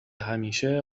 همیشه